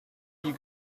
you